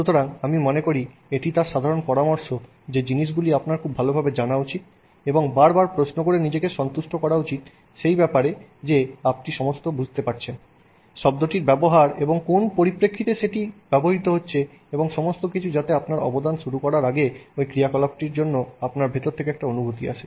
সুতরাং আমি মনে করি এটি তাঁর সাধারণ পরামর্শ যে জিনিসগুলি আপনার খুব ভালোভাবে জানা উচিত এবং বারবার প্রশ্ন করে নিজেকে সন্তুষ্ট করা উচিত সেই ব্যাপারে আপনি সমস্ত শব্দ বুঝতে পারছেন শব্দটির ব্যবহার এবং কোন পরিপ্রেক্ষিতে সেটি ব্যবহৃত হচ্ছে এবং সমস্ত কিছু যাতে আপনার অবদান শুরু করার আগে ওই ক্রিয়াকলাপটির জন্য আপনার ভেতর থেকে একটা অনুভূতি আসে